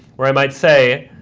where i might say,